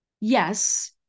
Yes